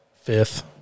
fifth